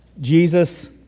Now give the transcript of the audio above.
Jesus